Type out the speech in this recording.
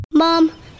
Mom